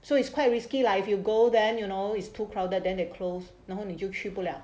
so it's quite risky lah if you go then you know is too crowded then the close 然后你就去不了